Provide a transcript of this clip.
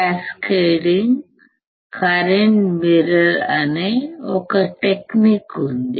cascading current mirror అనే technique ఉంది